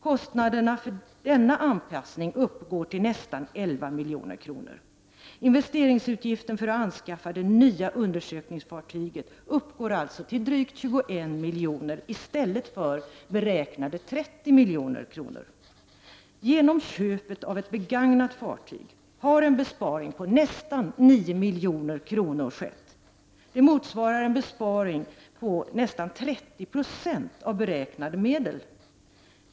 Kostnaderna för denna anpassning uppgår till nästan 11 milj.kr. Investeringsutgiften för anskaffande av det nya undersökningsfartyget uppgår alltså till drygt 21 milj.kr. i stället för beräknade 30 milj.kr. Genom köpet av ett begagnat fartyg har en besparing på nästan 9 milj.kr. skett. Det motsvarar en besparing på nästan 30 20 av beräknade medel.